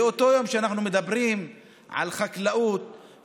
באותו יום שאנחנו מדברים על חקלאות,